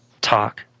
talk